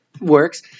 works